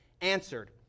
answered